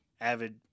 avid